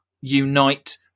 unite